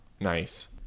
Nice